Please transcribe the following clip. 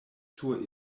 sur